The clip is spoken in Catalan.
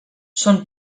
són